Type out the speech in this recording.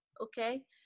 okay